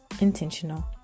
intentional